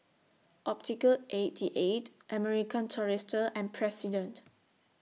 Optical eighty eight American Tourister and President